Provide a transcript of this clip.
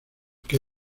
que